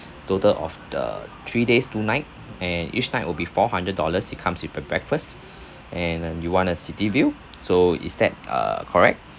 total of the three days two night and each night will be four hundred dollars it comes with a breakfast and then you want a city view so is that uh correct